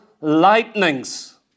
lightnings